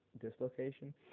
dislocation